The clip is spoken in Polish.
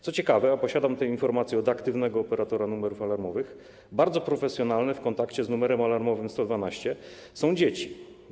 Co ciekawe, a posiadam te informacje od aktywnego operatora numerów alarmowych, bardzo profesjonalne w kontakcie z numerem alarmowym 112 są dzieci.